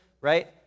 right